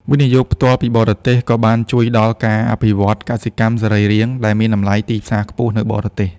វិនិយោគផ្ទាល់ពីបរទេស ក៏បានជួយដល់ការអភិវឌ្ឍ "កសិកម្មសរីរាង្គ" ដែលមានតម្លៃទីផ្សារខ្ពស់នៅបរទេស។